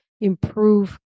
improve